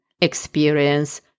experience